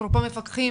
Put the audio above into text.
אפרופו מפקחים,